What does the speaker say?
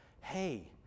hey